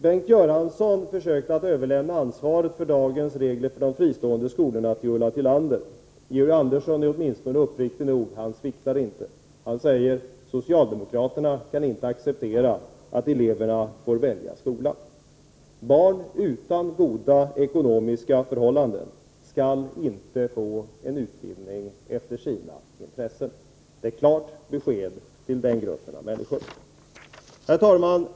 Bengt Göransson försökte överlämna ansvaret för dagens regler för de fristående skolorna till Ulla Tillander. Georg Andersson är åtminstone uppriktig. Han sviktar inte, utan säger: Socialdemokraterna kan inte acceptera att eleverna får välja skola. Barn utan ekonomiska förhållanden skall inte få en utbildning efter sina intressen. Det är ett klart besked till den gruppen av människor. Herr talman!